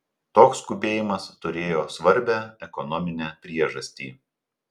toks skubėjimas turėjo svarbią ekonominę priežastį